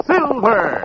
Silver